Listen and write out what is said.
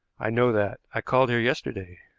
i know that. i called here yesterday.